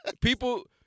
people